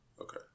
Okay